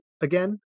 again